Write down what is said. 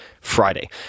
Friday